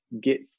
get